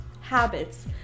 habits